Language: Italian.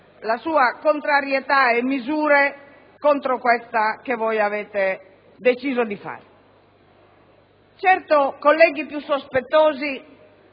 la sua contrarietà e misure contro quanto voi avete deciso di fare. Colleghi più sospettosi